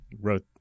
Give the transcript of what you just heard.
wrote